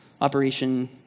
operation